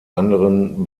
anderen